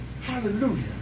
Hallelujah